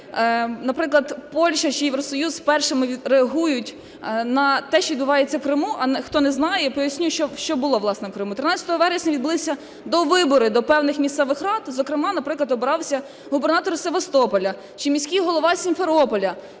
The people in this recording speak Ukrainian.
наприклад, Польща чи Євросоюз першими відреагують на те, що відбувається в Криму. А хто не знає, поясню, що було, власне, в Криму. 13 вересня відбулися довибори до певних місцевих рад, зокрема, наприклад, обирався губернатор Севастополя чи міський голова Сімферополя,